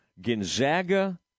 gonzaga